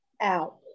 out